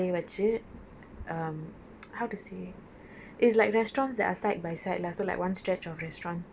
canteen மாதிரி:maathiri as in not canteen uh restaurant பக்கத்து பக்கத்துலே வெச்சு:pakkatu pakkatulae vechu um how to say